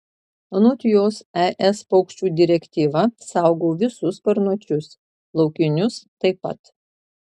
anot jos es paukščių direktyva saugo visus sparnuočius laukinius taip pat